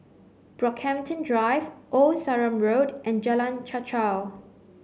Brockhampton Drive Old Sarum Road and Jalan Chichau